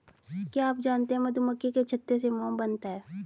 क्या आप जानते है मधुमक्खी के छत्ते से मोम बनता है